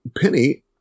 Penny